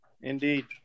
Indeed